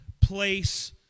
place